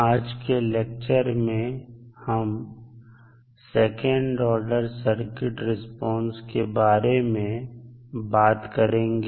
आज के लेक्चर में हम सेकंड ऑर्डर सर्किट रिस्पांस के बारे में बात करेंगे